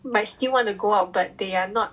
might still want to go out but they are not